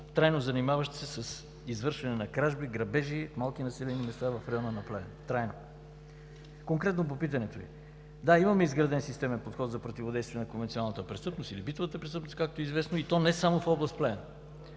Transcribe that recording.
трайно занимаващи се с извършване на кражби и грабежи в малките населени места в региона на Плевен. Трайно! Конкретно по питането Ви – да, имаме изграден системен подход за противодействието на конвенционалната престъпност, както е известно, и то не само в област Плевен.